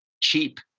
Cheap